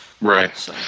Right